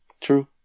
True